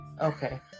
Okay